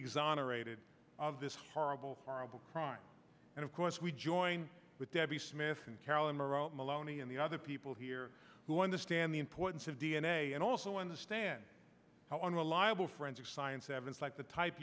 exonerated of this horrible horrible crime and of course we join with debbie smith and carolyn morrow maloney and the other people here who understand the importance of d n a and also understand how unreliable forensic science evidence like the type